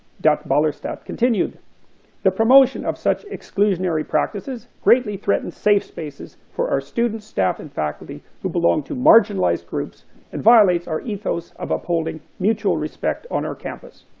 dutt-ballerstadt continued the promotion of such exclusionary practices greatly threatens safe spaces for our student, staff, and faculty who belong to marginalized groups and violates our ethos of upholding mutual respect on our campus.